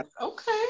okay